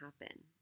happen